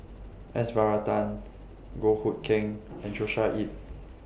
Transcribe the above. S Varathan Goh Hood Keng and Joshua Ip